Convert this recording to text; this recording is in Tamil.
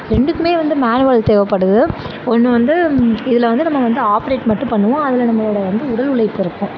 ரெண்டுக்குமே வந்து மேனுவல் தேவைப்படுது ஒன்று வந்து இதில் வந்து நம்ம வந்து ஆப்ரேட் மட்டும் பண்ணுவோம் அதில் நம்மளோட வந்து உடல் உழைப்புருக்கும்